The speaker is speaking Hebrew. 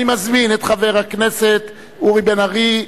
אני מזמין את חבר הכנסת אורי בן-ארי,